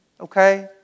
Okay